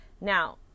Now